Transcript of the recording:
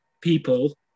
people